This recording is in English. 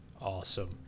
Awesome